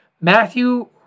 matthew